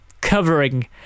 covering